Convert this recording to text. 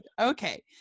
Okay